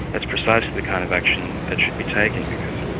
that's precisely the kind of action that should be taken, because